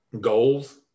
goals